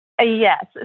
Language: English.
Yes